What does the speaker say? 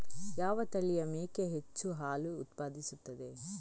ಯಾವ ತಳಿಯ ಮೇಕೆ ಹೆಚ್ಚು ಹಾಲು ಉತ್ಪಾದಿಸುತ್ತದೆ?